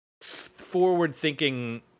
forward-thinking